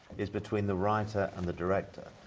it's between the writer and the director.